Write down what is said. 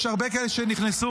יש הרבה כאלה שנכנסו.